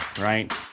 right